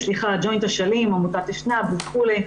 ג'וינט אשלים, עמותת אשנב וכולי.